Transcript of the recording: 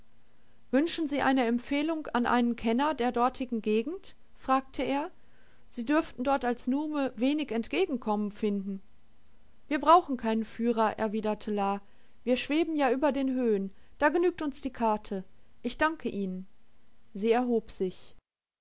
wünschen sie eine empfehlung an einen kenner der dortigen gegend fragte er sie dürften dort als nume wenig entgegenkommen finden wir brauchen keinen führer erwiderte la wir schweben ja über den höhen da genügt uns die karte ich danke ihnen sie erhob sich